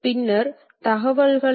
எனவே இரு வகையாக செயல்படுகிறது